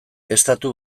estatu